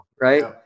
right